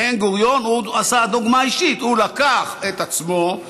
בן-גוריון עשה דוגמה אישית: הוא לקח את עצמו,